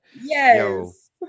yes